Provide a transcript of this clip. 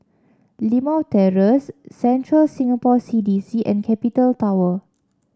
Limau Terrace Central Singapore CDC and Capital Tower